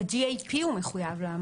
הוא מחויב לעמוד ב-GAP.